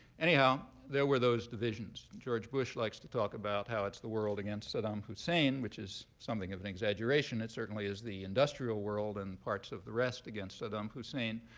anyhow, there were those divisions george bush likes to talk about how it's the world against saddam hussein, which is something of an exaggeration. it certainly is the industrial world and parts of the rest against saddam hussein.